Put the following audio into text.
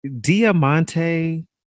Diamante